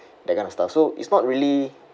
that kind of stuff so it's not really